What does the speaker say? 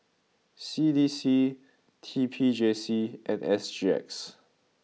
C D C T P J C and S G X